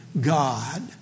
God